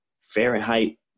fahrenheit